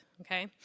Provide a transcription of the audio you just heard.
okay